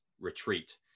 retreat